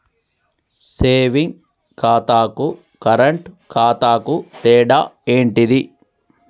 Saving ఖాతాకు current ఖాతాకు తేడా ఏంటిది?